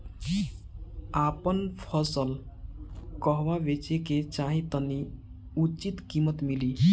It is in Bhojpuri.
आपन फसल कहवा बेंचे के चाहीं ताकि उचित कीमत मिली?